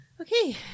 okay